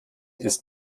ist